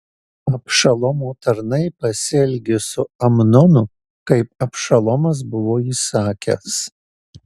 abšalomo tarnai pasielgė su amnonu kaip abšalomas buvo įsakęs